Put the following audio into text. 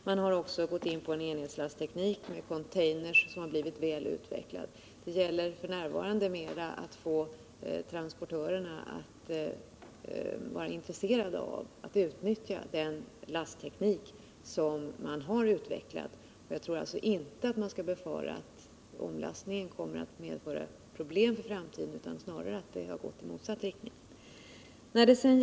Man har också gått in för en enhetslastteknik med container som har blivit väl utvecklad. F. n. gäller det mera att få transportörerna intresserade av att utnyttja den lastteknik som man har utvecklat. Jag tror alltså inte att vi behöver befara att omlastningen kommer att medföra problem för framtiden. Snarare har det gått i motsatt riktning.